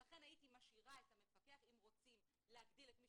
לכן הייתי משאירה את המפקח אם רוצים להגדיל את מי